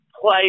play